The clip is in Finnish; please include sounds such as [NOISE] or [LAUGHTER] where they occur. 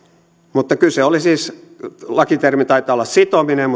mutta kyse oli siis lakitermi taitaa olla sitominen [UNINTELLIGIBLE]